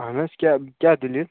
آہَن حظ کیٛاہ کیٛاہ دٔلیٖل